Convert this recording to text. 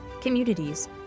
communities